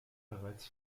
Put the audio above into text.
bereits